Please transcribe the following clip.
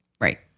Right